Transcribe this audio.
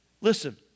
Listen